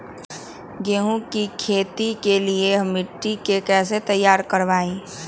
गेंहू की खेती के लिए हम मिट्टी के कैसे तैयार करवाई?